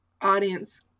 audience